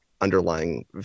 underlying